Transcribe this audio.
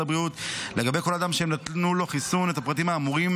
הבריאות לגבי כל אדם שהם נתנו לו חיסון את הפרטים האמורים,